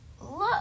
look